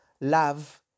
love